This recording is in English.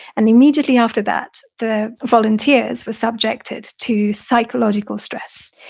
and immediately after that, the volunteers were subjected to psychological stress.